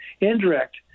indirect